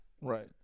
Right